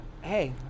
Hey